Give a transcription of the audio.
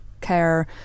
Care